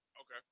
Okay